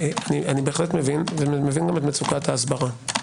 אני מבין בהחלט את מצוקת ההסברה.